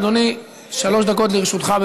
אדוני, שלוש דקות לרשותך.